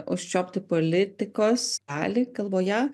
užčiuopti politikos dalį galvoje